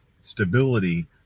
stability